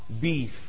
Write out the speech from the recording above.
beef